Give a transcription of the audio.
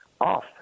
off